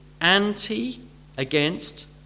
anti-against